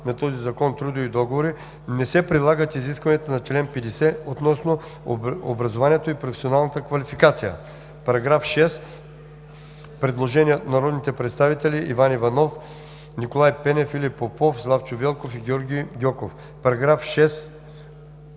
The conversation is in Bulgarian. на този закон трудови договори, не се прилагат изискванията на чл. 50 относно образованието и професионалната квалификация.“ По § 6 има предложение от народния представител Иван Иванов, Николай Пенев, Филип Попов, Славчо Велков и Георги Гьоков: „Параграф 6